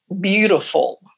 beautiful